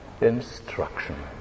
instruction